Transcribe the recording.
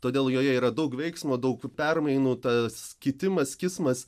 todėl joje yra daug veiksmo daug permainų tas kitimas kismas